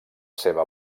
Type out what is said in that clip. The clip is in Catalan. seva